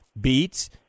beets